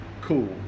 cool